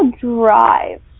drive